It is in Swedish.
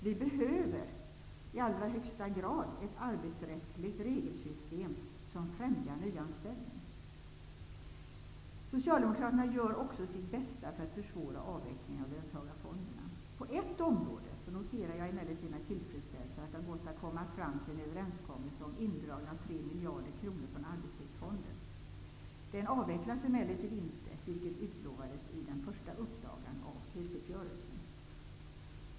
Vi behöver i allra högsta grad ett arbetsrättsligt regelsystem som främjar nyanställning. Socialdemokraterna gör också sitt bästa för att försvåra avvecklingen av löntagarfonderna. På ett område noterar jag emellertid med tillfredsställelse att det har gått att komma fram till en överenskommelse om indragning av 3 miljarder kronor från Arbetslivsfonden. Den avvecklas emellertid inte, vilket utlovades i den första upplagan av krisuppgörelsen.